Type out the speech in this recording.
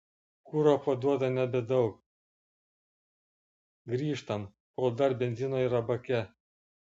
kuro paduoda nebedaug grįžtam kol dar benzino yra bake